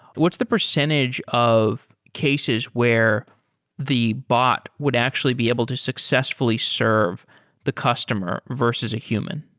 what's the percentage of cases where the bot would actually be able to successfully serve the customer versus a human?